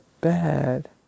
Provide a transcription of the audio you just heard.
bad